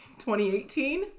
2018